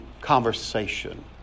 conversation